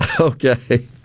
Okay